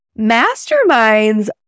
Masterminds